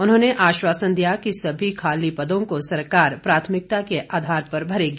उन्होंने आश्वासन दिया कि सभी खाली पदों को सरकार प्राथमिकता के आधार पर भरेगी